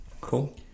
cool